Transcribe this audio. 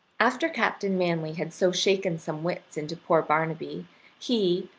after captain manly had so shaken some wits into poor barnaby he,